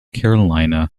carolina